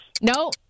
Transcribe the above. No